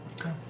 okay